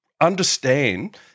understand